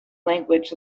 language